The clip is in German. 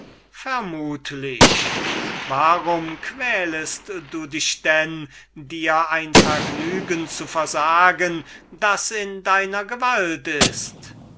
vermutlich warum quälest du dich dann dir ein vergnügen zu versagen das in deiner gewalt ist